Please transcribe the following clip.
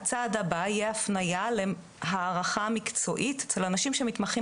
הצעד הבא יהיה הפנייה להערכה מקצועית אצל אנשים שמתמחים